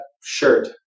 shirt